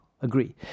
agree